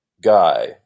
guy